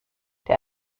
der